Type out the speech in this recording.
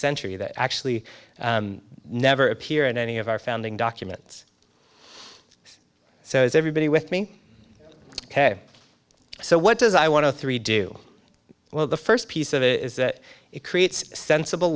century that actually never appear in any of our founding documents so is everybody with me ok so what does i want to three do well the first piece of it is that it creates sensible